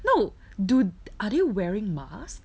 no dude are they wearing mask